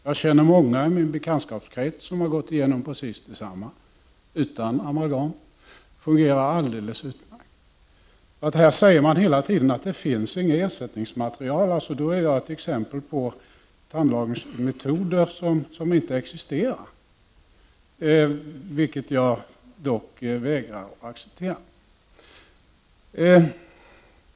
Jag känner många i min bekantskapskrets som har gått igenom precis detsamma, utan amalgam. Det fungerar alldeles utmärkt. Här säger man hela tiden att det inte finns ersättningsmaterial. Då är jag ett exempel på tandlagningsmetoder som inte existerar, vilket jag dock vägrar att acceptera.